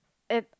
at